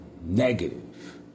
negative